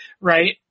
right